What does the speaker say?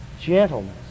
Gentleness